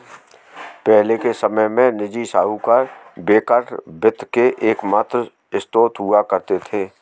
पहले के समय में निजी साहूकर बैंकर वित्त के एकमात्र स्त्रोत हुआ करते थे